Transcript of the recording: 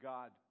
God